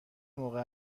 موقع